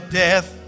death